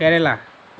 কেৰেলা